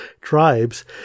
tribes